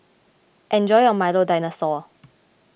enjoy your Milo Dinosaur